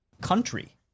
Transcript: country